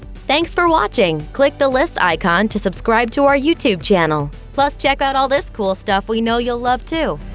thanks for watching! click the list icon to subscribe to our youtube channel. plus check out all this cool stuff we know you'll love, too!